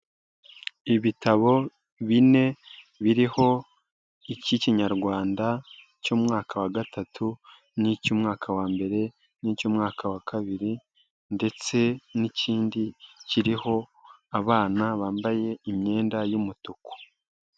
Ibitabo bine birimo ik'ikinyarwanda cy'umwaka wa gatatu, n'icy'umwaka wa mbere, n'icy'umwaka wa kabiri, ndetse n'ikindi kiriho abana bambaye imyenda y'umutuku.